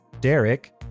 Derek